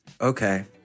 Okay